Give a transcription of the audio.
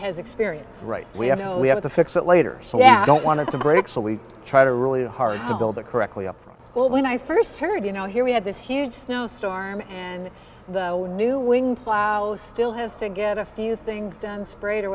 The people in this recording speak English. has experience right we have it we have to fix it later so now i don't want to break so we try to really hard to build that correctly up from when i first heard you know here we had this huge snowstorm and the new wing ploughs still has to get a few things done sprayed or